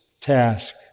task